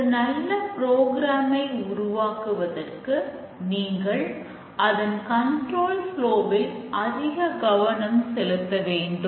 ஒரு நல்ல ப்ரோக்ராமைல் அதிக கவனம் செலுத்த வேண்டும்